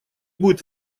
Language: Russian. будет